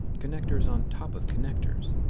connectors on top of connectors.